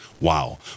Wow